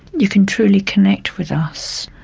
you can truly connect with us,